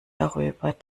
darüber